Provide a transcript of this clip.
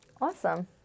Awesome